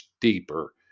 deeper